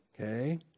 Okay